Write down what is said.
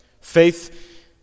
Faith